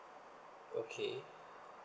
okay